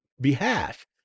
behalf